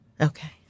Okay